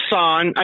Son